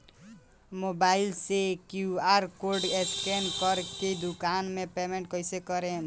Mobile से QR code scan कर के दुकान मे पेमेंट कईसे करेम?